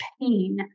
pain